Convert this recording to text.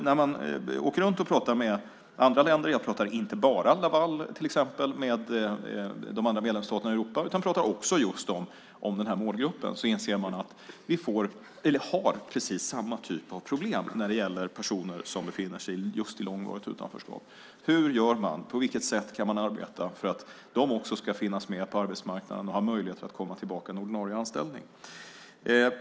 När man åker runt och pratar med andra länder - jag pratar inte bara om Laval med de andra medlemsstaterna i Europeiska unionen, utan också om den här målgruppen - inser man att vi har precis samma typ av problem när det gäller personer som befinner sig i långvarigt utanförskap. Hur gör man? På vilket sätt kan man arbeta för att de också ska finnas med på arbetsmarknaden och ha möjlighet att komma tillbaka till en ordinarie anställning?